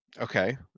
Okay